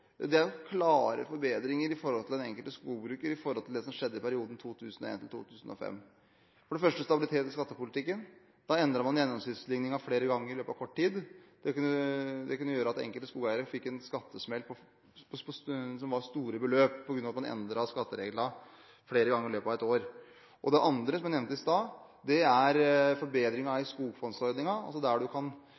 Det vi har gjort, har ført til klare forbedringer for den enkelte skogbruker i forhold til det som skjedde i perioden 2001–2005. For det første gjelder det stabilitet i skattepolitikken, for da endret man gjennomsnittsligningen flere ganger i løpet av kort tid. Det kunne føre til at enkelte skogeiere fikk en skattesmell på store beløp på grunn av at man endret skattereglene flere ganger i løpet av et år. Det andre, som jeg nevnte i stad, er forbedring av skogfondsordningen, der du kan